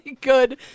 good